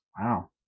Wow